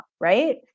right